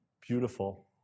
Beautiful